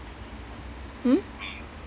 hmm